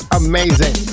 amazing